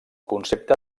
concepte